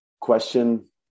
question